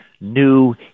new